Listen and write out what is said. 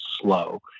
slow